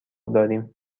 داریم